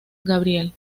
gabriel